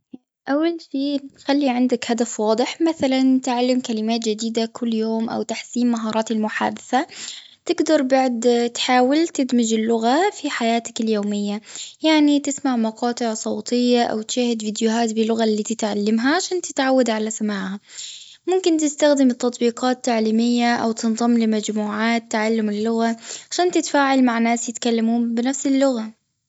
أول شي بتخلي عندك هدف واضح مثلا تعلم كلمات جديدة كل يوم أو تحسين مهارات المحادثة تقدر بعد تحاول تدمج اللغة في حياتك اليومية يعني تسمع مقاطع صوتية أو تشاهد فيديوهات باللغة اللي تتعلمها عشان تتعود على سماعها ممكن تستخدم التطبيقات التعليمية أو تنضم لمجموعات تعلم اللغة. عشان تتفاعل مع ناس يتكلمون بنفس اللغة.